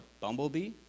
bumblebee